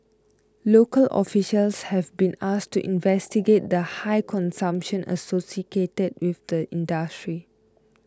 local officials have been asked to investigate the high consumption associated with the industry